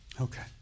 Okay